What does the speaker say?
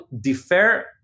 defer